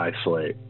isolate